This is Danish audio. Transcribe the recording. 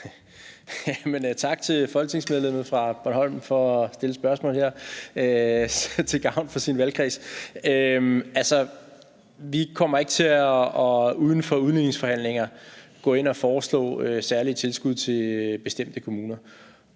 Tak til folketingsmedlemmet fra Bornholm for det spørgsmål – sådan til gavn for sin valgkreds. Altså, vi kommer ikke til uden for udligningsforhandlinger at foreslå særlige tilskud til bestemte kommuner.